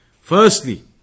Firstly